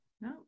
no